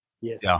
Yes